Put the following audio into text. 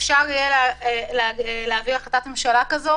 אפשר יהיה להעביר החלטת ממשלה כזאת.